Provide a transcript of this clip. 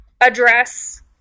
address